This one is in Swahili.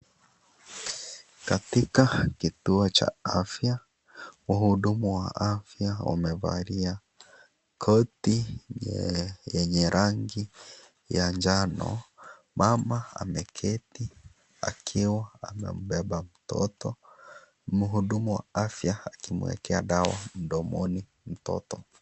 Katika kituo cha afya, muhudumu wa afya amevalia koti yenye rangi ya njano. Mama ameketi akiwa anambeba mtoto, mhudumu wa afya akimwekea dawa mdomoni mtoto.